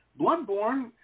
Bloodborne